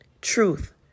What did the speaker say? Truth